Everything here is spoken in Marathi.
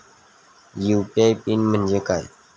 यू.पी.आय पिन म्हणजे काय?